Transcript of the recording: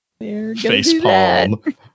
facepalm